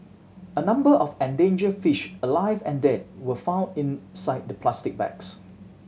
a number of endangered fish alive and dead were found inside the plastic bags